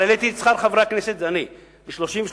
אבל העליתי את שכר חברי הכנסת, זה אני, ב-33%.